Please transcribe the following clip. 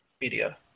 media